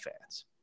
fans